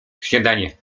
śniadanie